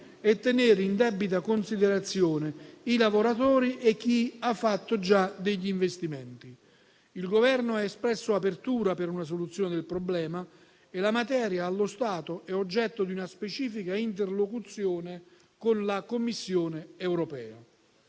e tenere in debita considerazione i lavoratori e chi ha già fatto degli investimenti. Il Governo ha espresso apertura per una soluzione del problema e la materia, allo stato, è oggetto di una specifica interlocuzione con la Commissione europea.